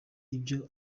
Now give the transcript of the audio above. ibyo